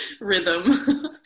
rhythm